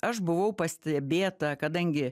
aš buvau pastebėta kadangi